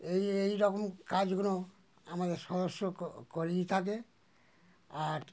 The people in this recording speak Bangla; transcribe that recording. এই এই রকম কাজগুলো আমাদের সদস্য ক করেই থাকে আর